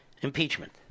Impeachment